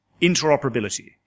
interoperability